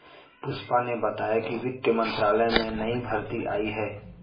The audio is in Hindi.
पुष्पा ने बताया कि वित्त मंत्रालय में नई भर्ती आई है